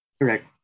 Correct